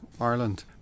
Ireland